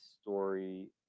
story